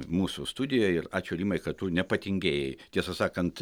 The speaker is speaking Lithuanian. mūsų studijoj ir ačiū rimai kad tu nepatingėjai tiesą sakant